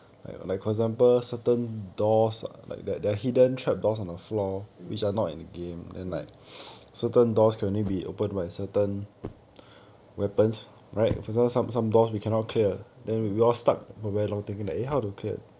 mm mm mm